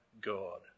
God